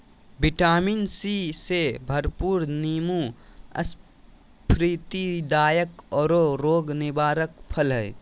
vitamin C से भरपूर नीबू स्फूर्तिदायक औरो रोग निवारक फल हइ